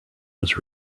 was